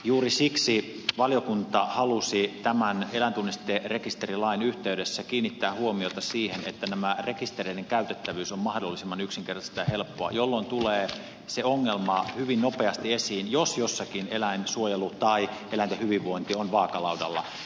juuri siksi valiokunta halusi eläintunnisterekisterilain yhteydessä kiinnittää huomiota siihen että näiden rekistereiden käytettävyys on mahdollisimman yksinkertaista ja helppoa jolloin tulee se ongelma hyvin nopeasti esiin jos jossakin eläinsuojelu tai eläinten hyvinvointi on vaakalaudalla